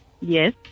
Yes